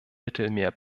mittelmeer